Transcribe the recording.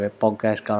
podcast